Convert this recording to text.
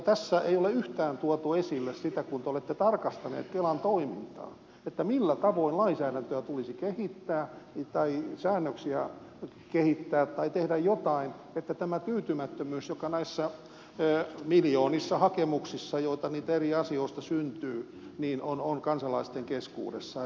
tässä ei ole yhtään tuotu esille sitä kun te olette tarkastaneet kelan toimintaa millä tavoin lainsäädäntöä tulisi kehittää tai säännöksiä kehittää tai tehdä jotain kun tämä tyytymättömyys joka on näitä miljoonia hakemuksia eri asioista syntyy on kansalaisten keskuudessa